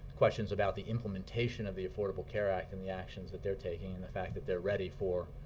questions about the implementation of the affordable care act and the actions that they're taking and the fact that they're ready for